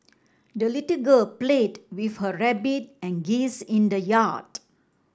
the little girl played with her rabbit and geese in the yard